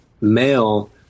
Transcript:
male